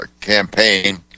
campaign